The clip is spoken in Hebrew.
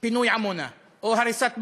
פינוי עמונה, או הריסת בתים.